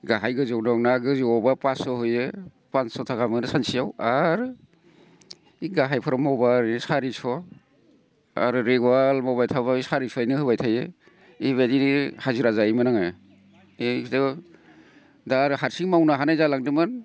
गाहाय गोजौ दंना गोजौआवबा फासस' होयो फासस' थाखा मोनो सानसेयाव आर बे गाहायफोराव मावबा ओरैनो सारिस' आरो रिगुलार मावबाय थाब्ला सारिस'यैनो होबाय थायो बेबायदिनो हाजिरा जायोमोन आङो दा आरो हारसिं मावनो हानाय जालांदोंमोन